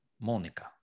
Monica